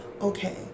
okay